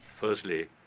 Firstly